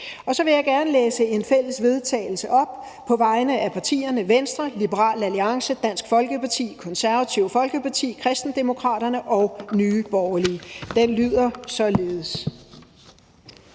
Så vil jeg gerne læse et fælles forslag til vedtagelse op på vegne af partierne Venstre, Liberal Alliance, Dansk Folkeparti, Det Konservative Folkeparti, Kristendemokraterne og Nye Borgerlige, som lyder således: